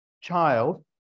Child